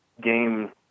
game